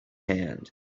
hand